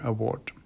Award